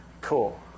Cool